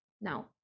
Now